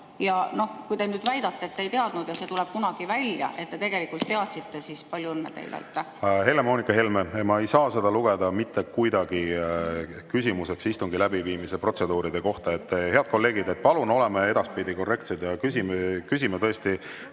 teadma. Kui te nüüd väidate, et te ei teadnud, ja see tuleb kunagi välja, et te tegelikult teadsite, siis palju õnne teile.